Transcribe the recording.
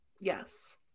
Yes